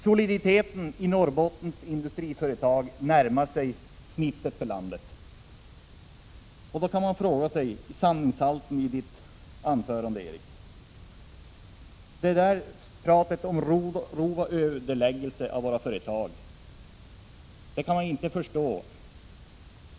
Soliditeten i Norrbottens industriföretag närmar sig genomsnittet i hela landet. Man kan alltså ifrågasätta sanningshalten i Erik Holmkvists anförande. Talet om rov och ödeläggelse av företag i Norrbotten är svårt att förstå.